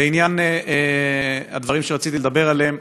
לעניין הדברים שרציתי לדבר עליהם: